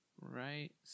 right